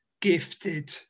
gifted